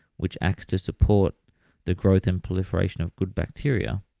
which acts to support the growth and proliferation of good bacteria,